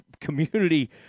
community